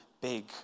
big